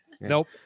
Nope